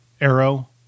arrow